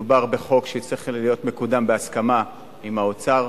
מדובר בחוק שצריך להיות מקודם בהסכמה עם האוצר,